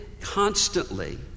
constantly